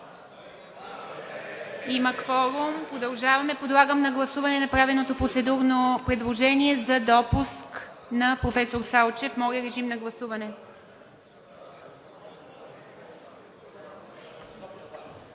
Има кворум, продължаваме. Подлагам на гласуване направеното процедурно предложение за допуск на професор Салчев. Гласували